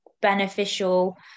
beneficial